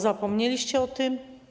Zapomnieliście o tym?